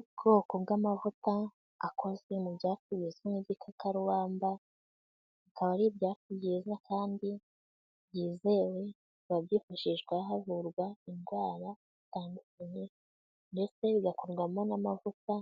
Ubwoko bw'amavuta akozwe mu byatsi bizwi nk'igikakarubamba, bikaba ari ibyatsi byiza kandi byizewe, bikaba byifashishwa havurwa indwara zitandukanye ndetse bigakorwarwamo n'amavuta